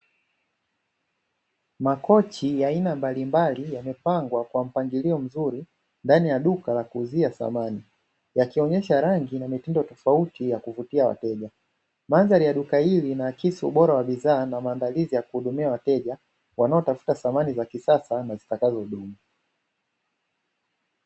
Makochi ya aina mbalimbali yamepangwa kwa mpangilio mzuri ndani ya duka la kuuzia samani, yakionesha rangi na mitindo tofauti wa kuvutia wateja. Mandhari ya duka hili inaakisi ubora wa bidhaa na maandalizi ya kuhudumia wateja wanaotafuta samani za kisasa na zitakazo dumu.